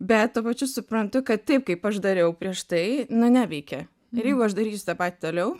bet tuo pačiu suprantu kad taip kaip aš dariau prieš tai na neveikia ir jeigu aš darysiu tą patį toliau